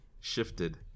shifted